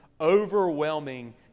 overwhelming